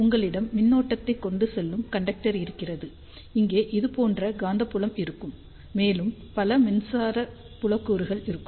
உங்களிடம் மின்னோட்டத்தை கொண்டு செல்லும் கண்டெக்டர் இருக்கிறது இங்கே இது போன்ற காந்தப்புலம் இருக்கும் மேலும் பல மின்சார புல கூறுகள் இருக்கும்